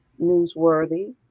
newsworthy